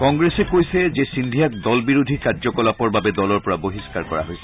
কংগ্ৰেছে কৈছে যে সিন্ধিয়া দল বিৰোধী কাৰ্যকলাপৰ বাবে দলৰ পৰা বহিস্থাৰ কৰা হৈছে